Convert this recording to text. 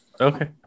okay